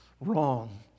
wrong